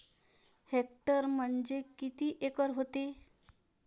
Hectare म्हणजे किती acre व्हते?